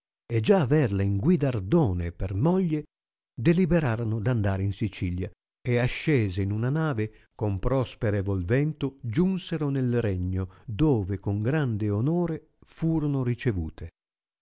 e già averla in guidardone per moglie deliberarono d andar in sicilia e ascese in una nave con prosperevol vento giunsero nel regno dove con grande onore furono ricevute